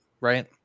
right